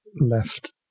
left